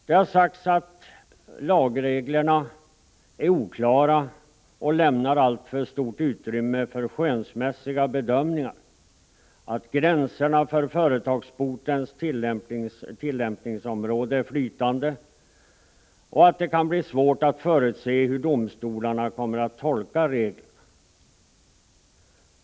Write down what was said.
Det har sagts att lagreglerna är oklara och lämnar alltför stort utrymme för skönsmässiga bedömningar, att gränserna för företagsbotens tillämpningsområde är flytande, och att det kan bli svårt att förutse hur domstolarna kommer att tolka reglerna.